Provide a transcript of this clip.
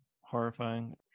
horrifying